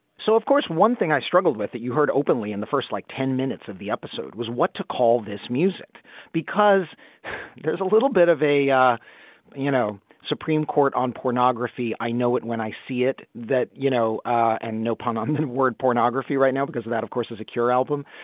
so of course one thing i struggled with that you heard openly in the first like ten minutes of the episode was what to call this music because there's a little bit of a ah you know supreme court on pornography i know it when i see it that you know and no pun on the word pornography right now because of that of course a secure album.